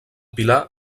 pilar